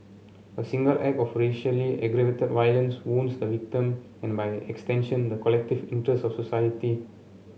a single act of racially aggravated violence wounds the victim and by extension the collective interest of society